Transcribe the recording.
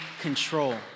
control